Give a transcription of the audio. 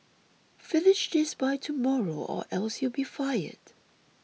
finish this by tomorrow or else you'll be fired